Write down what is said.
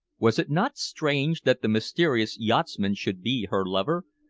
was it not strange that the mysterious yachtsman should be her lover,